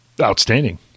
Outstanding